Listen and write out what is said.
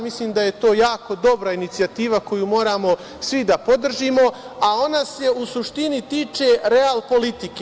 Mislim da je to jako dobra inicijativa koju moramo svi da podržimo, a ona se, u suštini tiče realpolitike.